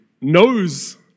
knows